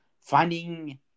finding